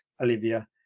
Olivia